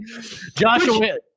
Joshua